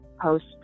post